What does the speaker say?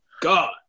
God